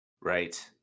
Right